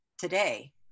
today